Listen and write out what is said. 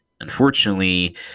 unfortunately